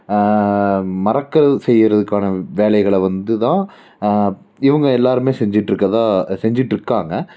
மறக்கிறது செய்கிறதுக்கான வேலைகளை வந்து தான் இவங்க எல்லாருமே செஞ்சிகிட்ருக்கறதா செஞ்சிகிட்ருக்காங்க